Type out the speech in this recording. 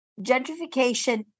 gentrification